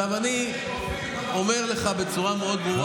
עכשיו, אני אומר לך בצורה מאוד ברורה,